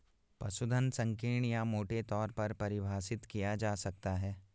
पशुधन संकीर्ण या मोटे तौर पर परिभाषित किया जा सकता है